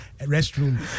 restroom